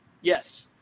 Yes